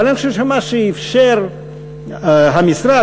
אבל מה שאפשר לעשות,